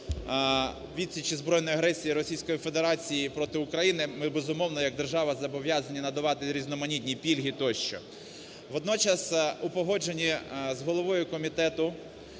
відсічі збройної агресії Росії Федерації проти України, ми, безумовно, як держава зобов'язані надавати різноманітні пільги тощо. Водночас у погодженні з головою комітету